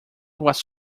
was